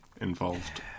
involved